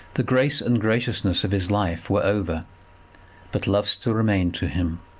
the grace and graciousness of his life were over but love still remained to him,